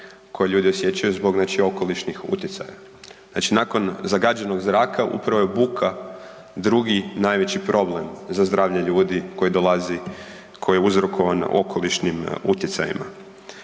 koje ljudi osjećaju zbog okolišnih utjecaja. Znači nakon zagađenog zraka upravo je buka drugi najveći problem za zdravlje ljudi koje dolazi koje je uzrokovan okolišnim utjecajima,